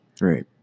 Right